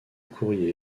courrier